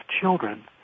children